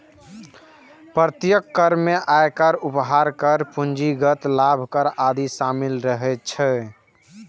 प्रत्यक्ष कर मे आयकर, उपहार कर, पूंजीगत लाभ कर आदि शामिल रहै छै